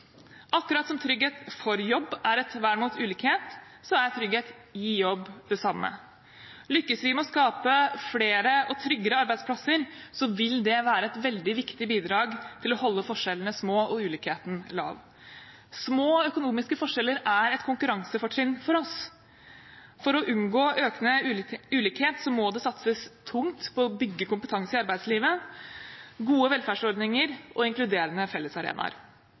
Akkurat som trygghet for jobb er et vern mot ulikhet, er trygghet i jobb det samme. Lykkes vi med å skape flere og tryggere arbeidsplasser, vil det være et veldig viktig bidrag til å holde forskjellene små og ulikheten liten. Små økonomiske forskjeller er et konkurransefortrinn for oss. For å unngå økende ulikhet må det satses tungt på å bygge kompetanse i arbeidslivet, gode velferdsordninger og inkluderende fellesarenaer.